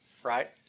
Right